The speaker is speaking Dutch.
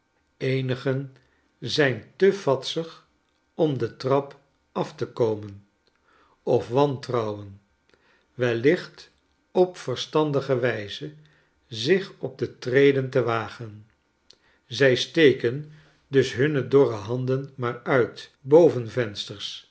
eenigen zijn te vadsig om de trap af te komen of wantrouwen wellicht op verstandige wijze zich op de treden te wagen zij steken dus hunne dorre handen maar uit